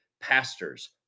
pastors